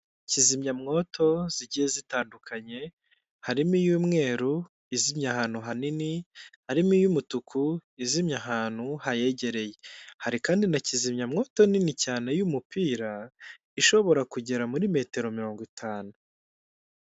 Kizimyamwoto zigiye zitandukanye, harimo iy'umweruru izimya ahantu hanini, harimo iy'umutuku izimya ahantu hayegereye. Hari kandi na kizimyamwoto nini cyane y'umupira, ishobora kugera muri metero mirongo itanu.